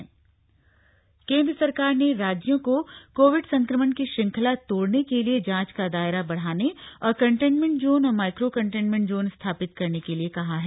केंद्र निर्देश केंद्र सरकार ने राज्यों को कोविडसंक्रमण की श्रंखला तोडने के लिए जांच का दायरा बढाने और कंटेनमेंट जोन और माइक्रो कंटेनमेंट जोन स्थापित करने के लिए कहा है